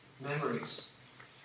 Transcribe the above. memories